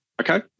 okay